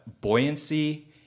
buoyancy